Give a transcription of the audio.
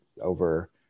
over